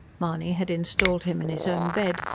mahony had installed him in his own bed,